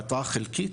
פתרה חלקית,